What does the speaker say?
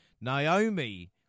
Naomi